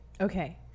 Okay